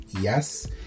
Yes